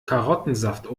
karottensaft